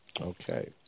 Okay